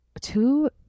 Two